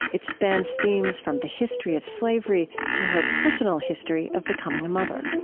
it spans themes from the history of slavery to her personal history of becoming a mother